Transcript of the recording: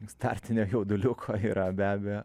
startinio jauduliuko yra be abejo